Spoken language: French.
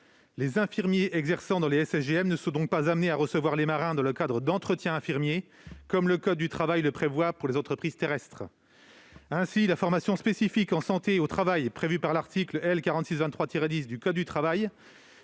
Les infirmiers exerçant dans le SSGM ne sont donc pas amenés à recevoir les marins dans le cadre d'entretiens infirmiers, comme le code du travail le prévoit pour les entreprises terrestres. Ainsi, la formation spécifique en santé au travail prévue par l'article L. 4623-10 du code du travail